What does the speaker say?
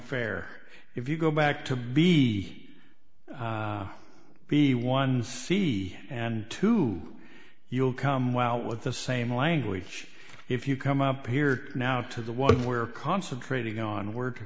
fair if you go back to be be one c and two you'll come well with the same language if you come up here now to the one we're concentrating on w